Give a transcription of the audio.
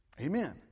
Amen